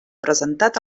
presentat